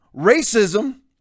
racism